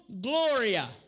gloria